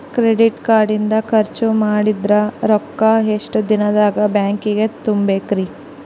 Credit card ಇಂದ್ ಖರ್ಚ್ ಮಾಡಿದ್ ರೊಕ್ಕಾ ಎಷ್ಟ ದಿನದಾಗ್ ಬ್ಯಾಂಕಿಗೆ ತುಂಬೇಕ್ರಿ?